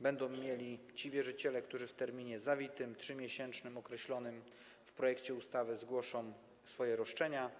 będą mieli ci wierzyciele, którzy w 3-miesięcznym terminie zawitym, określonym w projekcie ustawy, zgłoszą swoje roszczenia.